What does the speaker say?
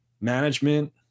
management